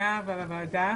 הפנייה ועל הוועדה.